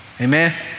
Amen